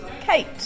Kate